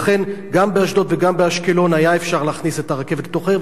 לכן גם באשדוד וגם באשקלון היה אפשר להכניס את הרכבת לתוך העיר,